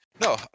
no